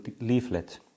leaflet